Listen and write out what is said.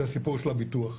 וזה הסיפור של הביטוח.